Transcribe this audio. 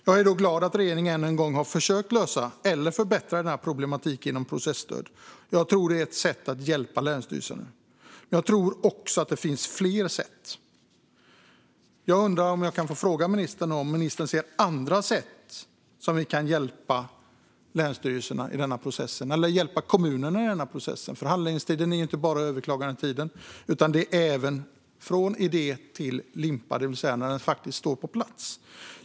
Jag är glad att regeringen ännu en gång har försökt lösa denna problematik eller förbättra situationen genom processtöd. Jag tror att detta är ett sätt att hjälpa länsstyrelserna. Jag tror att det också finns fler sätt. Jag undrar om ministern ser andra sätt att hjälpa länsstyrelserna eller kommunerna i denna process. Handläggningstiden utgörs inte bara av överklagandetiden, utan det handlar om tiden från idé till limpa, när bostäderna står på plats.